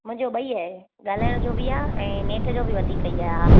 मुंहिंजो ॿई आहे ॻाल्हाइण जो बि आहे ऐं नेट जो बि वधीक ई आहे